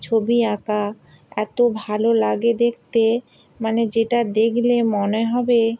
ছবি আঁকা এত ভালো লাগে দেখতে মানে যেটা দেখলে মনে হবে